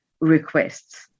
requests